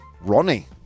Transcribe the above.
Ronnie